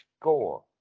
score